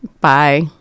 Bye